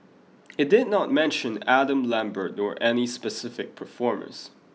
it did not mention Adam Lambert nor any specific performers